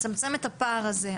לצמצם את הפער הזה.